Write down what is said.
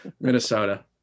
minnesota